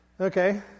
Okay